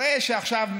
הרי עכשיו,